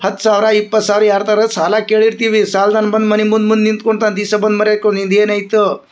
ಹತ್ತು ಸಾವಿರ ಇಪ್ಪತ್ತು ಸಾವಿರ ಯಾರು ತಾವು ಆದರು ಸಾಲ ಕೇಳಿರ್ತೀವಿ ಸಾಲ್ದವ್ನ ಬಂದು ಮನೆ ಮುಂದ ಮುಂದ ನಿಂತ್ಕೊಂತಾನ ದಿವಸ ಬಂದು ನಿಂದು ಏನು ಐತೊ